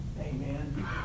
Amen